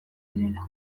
direla